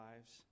lives